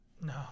No